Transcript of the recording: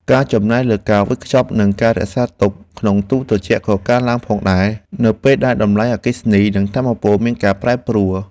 ការចំណាយលើការវេចខ្ចប់និងការរក្សាទុកក្នុងទូរត្រជាក់ក៏កើនឡើងផងដែរ នៅពេលដែលតម្លៃអគ្គិសនីនិងថាមពលមានការប្រែប្រួល។